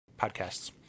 podcasts